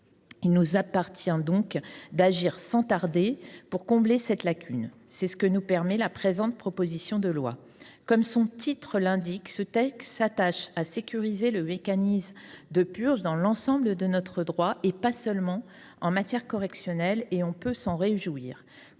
Il nous appartient d’agir sans tarder pour combler cette lacune ; c’est ce que nous permet la présente proposition de loi. Comme son intitulé l’indique, ce texte s’attache à sécuriser le mécanisme de purge des nullités dans l’ensemble de notre droit, et pas seulement en matière correctionnelle : on ne peut que s’en réjouir.